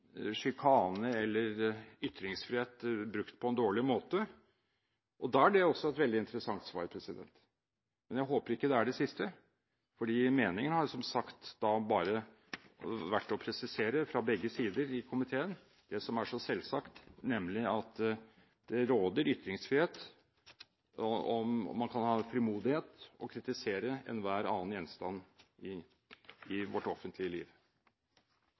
sjikane eller av ytringsfrihet brukt på en dårlig måte. Det vil også være et veldig interessant svar. Jeg håper ikke det siste er svaret. Meningen har, som sagt, bare vært å presisere – fra begge sider i komiteen – det som er selvsagt, nemlig at det råder ytringsfrihet. Man kan ha frimodighet og kritisere enhver «anden Gjenstand» i vårt offentlige liv.